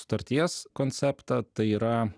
sutarties konceptą tai yra